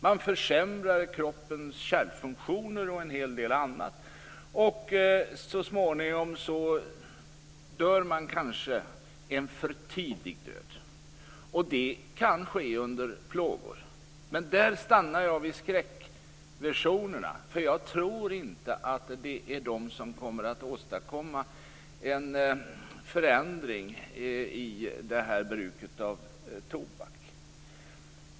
Man försämrar kroppens kärlfunktioner och en hel del annat. Så småningom dör man kanske en för tidig död. Det kan ske under plågor. Där stannar jag vid skräckvisionerna. Jag tror inte att det är de som kommer att åstadkomma en förändring i bruket av tobak.